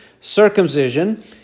circumcision